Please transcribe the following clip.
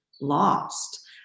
lost